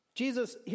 Jesus